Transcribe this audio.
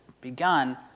begun